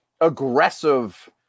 aggressive